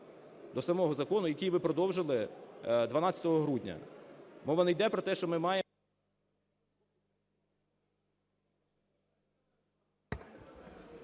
до самого закону, який ви продовжили 12 грудня. Мова не йде про те, що ми маємо…